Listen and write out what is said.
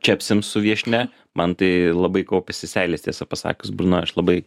čepsim su viešnia man tai labai kaupiasi seilės tiesą pasakius burnoj aš labai